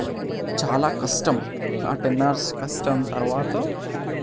చాలా కష్టం ఆ టెన్ అవర్స్ కష్టం తర్వాత